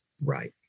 Right